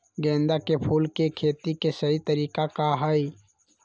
गेंदा के फूल के खेती के सही तरीका का हाई?